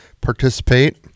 participate